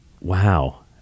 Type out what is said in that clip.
Wow